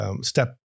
Step